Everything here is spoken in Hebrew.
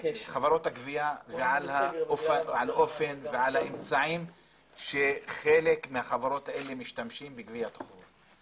באלו אמצעים ושיטות משתמשות חלק מחברות הגבייה בגביית חובות.